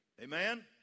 Amen